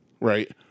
right